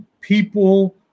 people